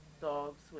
dogs